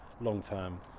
long-term